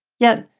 yet,